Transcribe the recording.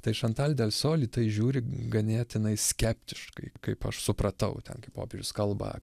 tai šantal delsol į tai žiūri ganėtinai skeptiškai kaip aš supratau ten kai popiežius kalba